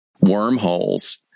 wormholes